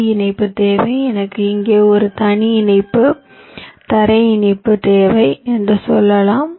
D இணைப்பு தேவை எனக்கு இங்கே ஒரு தரை இணைப்பு தேவை என்று சொல்லலாம்